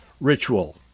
ritual